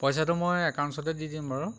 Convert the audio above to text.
পইচাটো মই একাউণ্টছতে দি দিম বাৰু